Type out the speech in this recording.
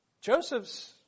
Joseph's